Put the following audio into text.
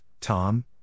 Tom